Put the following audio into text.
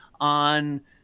on